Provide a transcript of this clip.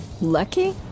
Lucky